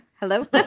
Hello